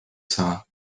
saa